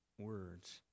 words